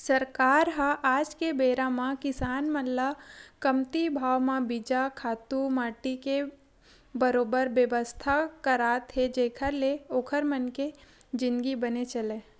सरकार ह आज के बेरा म किसान मन ल कमती भाव म बीजा, खातू माटी के बरोबर बेवस्था करात हे जेखर ले ओखर मन के जिनगी बने चलय